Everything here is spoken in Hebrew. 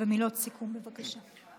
ומילות סיכום, בבקשה.